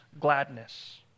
gladness